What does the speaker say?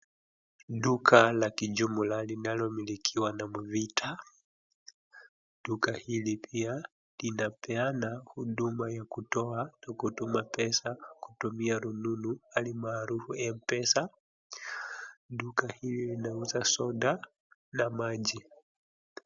Duka la kijumla linalomiliki wanamvita, duka hili pia linapeana huduma ya kutoa kutuma pesa kutumia rununu hali maarufu Mpesa, duka hili linauza soda na maji.